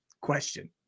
question